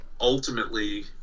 ultimately